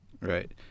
Right